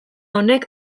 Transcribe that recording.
honek